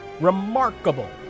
Remarkable